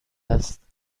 است